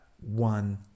one